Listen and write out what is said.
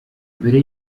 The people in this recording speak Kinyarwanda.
mbere